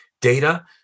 data